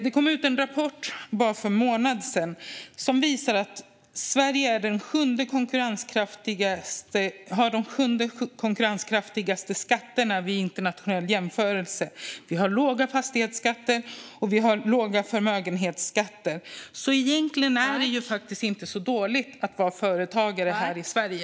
Det kom ut en rapport för bara en månad sedan som visar att Sverige har de sjunde konkurrenskraftigaste skatterna i en internationell jämförelse. Vi har låga fastighetsskatter och låga förmögenhetsskatter. Egentligen är det inte så dåligt att vara företagare i Sverige.